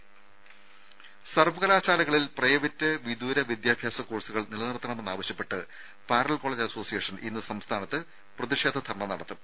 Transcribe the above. ദേശ സർവ്വകലാശാലകളിൽ പ്രൈവറ്റ് വിദൂര വിദ്യാഭ്യാസ കോഴ്സുകൾ നിലനിർത്തണമെന്നാവശ്യപ്പെട്ട് പാരലൽ കോളജ് അസോസിയേഷൻ ഇന്ന് സംസ്ഥാനത്ത് പ്രതിഷേധ ധർണ്ണ നടത്തും